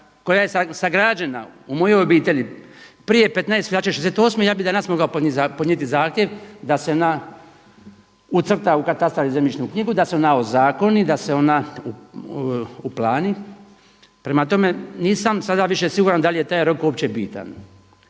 koja je sagrađena u mojoj obitelji prije 15. veljače '68. ja bih danas mogao podnijeti zahtjev da se ucrta u katastar i zemljišnu knjigu, da se ona ozakoni, da se ona uplani. Prema tome, nisam sada više siguran da li je taj rok uopće bitan